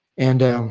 and um